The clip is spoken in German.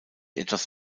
etwas